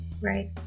Right